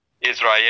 Israel